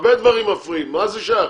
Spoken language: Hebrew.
הרבה דברים מפריעים, מה זה שייך?